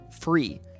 Free